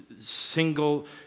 single